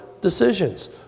decisions